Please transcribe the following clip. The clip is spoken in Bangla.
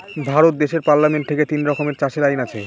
ভারত দেশের পার্লামেন্ট থেকে তিন রকমের চাষের আইন আছে